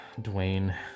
Dwayne